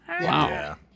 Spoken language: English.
Wow